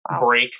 break